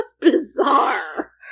bizarre